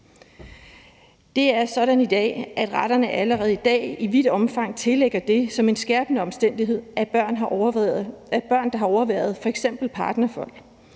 Det er sådan, at retterne allerede i dag i vidt omfang tillægger det vægt som en skærpende omstændighed, at børn har overværet f.eks. partnervold.